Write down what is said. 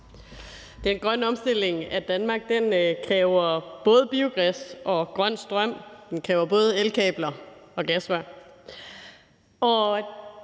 Den grønne omstilling af Danmark kræver både biogas og grøn strøm. Den kræver både elkabler og gasrør.